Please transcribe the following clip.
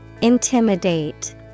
Intimidate